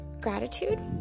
gratitude